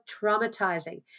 traumatizing